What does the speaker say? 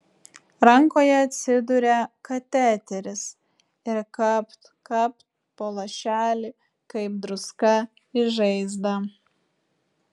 rankoje atsiduria kateteris ir kapt kapt po lašelį kaip druska į žaizdą